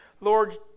Lord